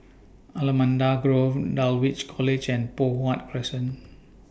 Allamanda Grove Dulwich College and Poh Huat Crescent